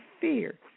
fear